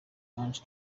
ange